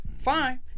fine